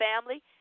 family